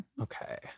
Okay